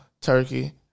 turkey